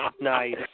Nice